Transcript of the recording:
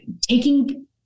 taking